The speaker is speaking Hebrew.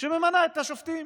שממנה את השופטים